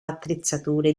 attrezzature